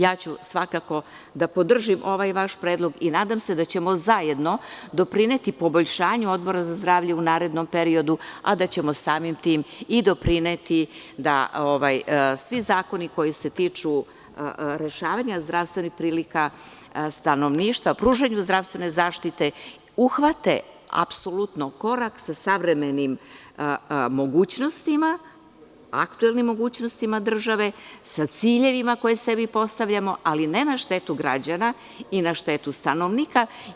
Ja ću svakako da podržim ovaj vaš predlog i nadam se da ćemo zajedno doprineti poboljšanju Odbora za zdravlje u narednom periodu, a da ćemo samim tim i doprineti da svi zakoni koji se tiču rešavanja zdravstvenih prilika stanovništva, pružanju zdravstvene zaštite, uhvate apsolutno korak sa savremenim mogućnostima, aktuelnim mogućnostima države, sa ciljevima koje sebi postavljamo, ali ne na štetu građana i na štetu stanovnika.